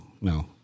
no